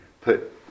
put